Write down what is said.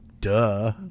Duh